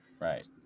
Right